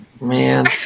Man